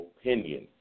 opinion